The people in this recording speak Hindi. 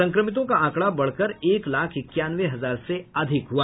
संक्रमितों का आंकड़ा बढ़कर एक लाख इक्यानवें हजार से अधिक हुआ